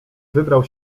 wybrał